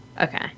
Okay